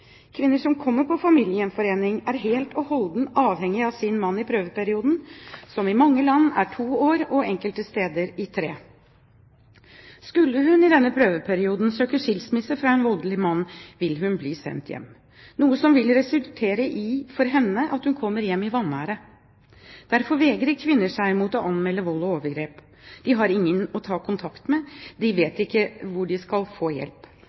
Kvinner som kommer på familiegjenforening, er helt og holdent avhengig av sin mann i prøveperioden, som i mange land er to år og enkelte steder tre år. Skulle hun i denne prøveperioden søke skilsmisse fra en voldelig mann, vil hun bli sendt hjem, noe som for henne vil resultere i at hun kommer hjem i vanære. Derfor vegrer kvinner seg mot å anmelde vold og overgrep. De har ingen å ta kontakt med, og de vet ikke hvor de kan få hjelp.